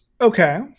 Okay